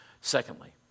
Secondly